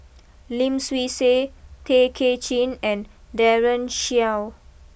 Lim Swee Say Tay Kay Chin and Daren Shiau